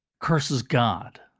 curses god.